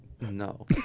no